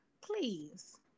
Please